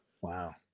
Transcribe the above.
Wow